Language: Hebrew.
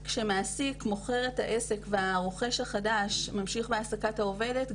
כשמעסיק מוכר את העסק והרוכש החדש ממשיך בהעסקת העובדת,